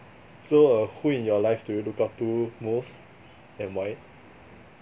so err who in your life do you look up to most and why